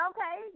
Okay